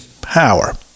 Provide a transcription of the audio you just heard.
power